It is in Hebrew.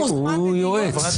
הוא יועץ.